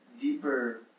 deeper